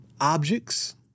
objects